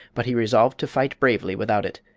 but he resolved to fight bravely without it.